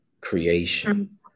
creation